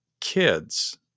kids